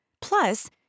plus